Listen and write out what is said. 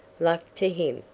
luck to him.